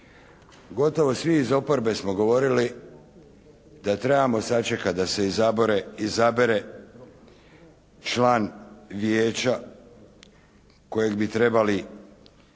Gotovo svi iz oporbe smo govorili da trebamo sačekati da se izabere član vijeća kojeg bi trebali izabrati